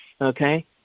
okay